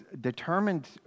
determined